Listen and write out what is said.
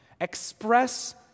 Express